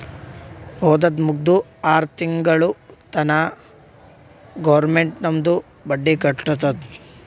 ಓದದ್ ಮುಗ್ದು ಆರ್ ತಿಂಗುಳ ತನಾ ಗೌರ್ಮೆಂಟ್ ನಮ್ದು ಬಡ್ಡಿ ಕಟ್ಟತ್ತುದ್